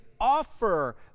offer